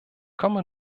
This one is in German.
komme